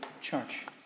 church